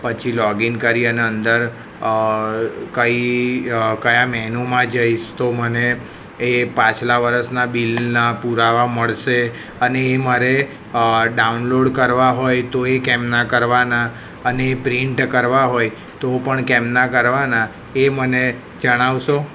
પછી લૉગિન કરી અને અંદર કઈ કયા મેનૂમાં જઈશ તો મને એ પાછલા વરસના બિલના પુરાવા મળશે અને એ મારે ડાઉનલોડ કરવા હોય તો એ કેમના કરવાના અને એ પ્રિન્ટ કરવા હોય તો પણ કેમના કરવાના એ મને જણાવશો